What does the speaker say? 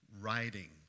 writing